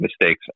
mistakes